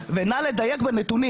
הישיבה ננעלה בשעה